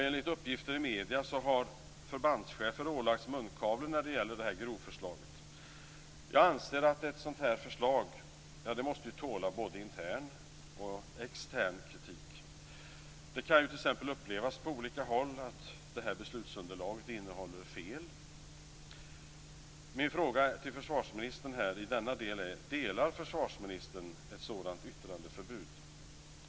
Enligt uppgifter i medierna har förbandschefer ålagts munkavle när det gäller det här grovförslaget. Jag anser att ett sådant här förslag måste tåla både intern och extern kritik. Det kan exempelvis upplevas på olika håll att beslutsunderlaget innehåller fel. Vad anser försvarsministern om ett sådant yttrandeförbud?